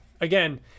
again